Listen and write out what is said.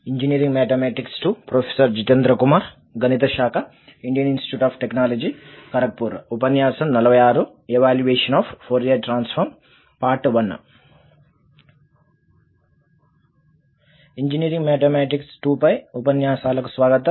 engineering mathematics II పై ఉపన్యాసాలకి స్వాగతం